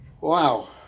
Wow